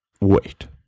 wait